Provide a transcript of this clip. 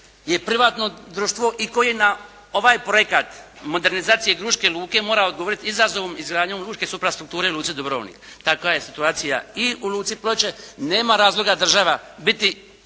je privatno društvo i koje na ovaj projekta modernizacije Gruške luke mora odgovoriti izazovom, izgradnjom lučke suprastrukture luke Dubrovnik. Takva je situacija i u luci Ploče. Nema razloga država biti